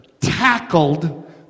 tackled